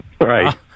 Right